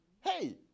Hey